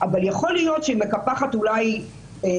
אבל יכול להיות שהיא מקפחת אולי אחרים